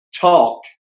talk